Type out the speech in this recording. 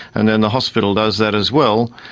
and then the hospital does that as well.